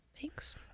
Thanks